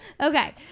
Okay